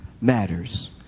matters